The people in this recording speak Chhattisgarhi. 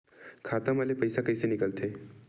खाता मा ले पईसा कइसे निकल थे?